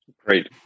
Great